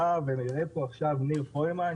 בניהול ניר פרוימן,